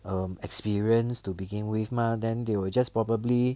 um experience to begin with mah then they were just probably